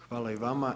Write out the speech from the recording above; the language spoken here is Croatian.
Hvala i vama.